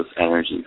energy